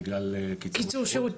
בגלל קיצור שירות --- קיצור שירות,